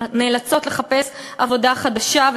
נאלצות לחפש עבודה חדשה,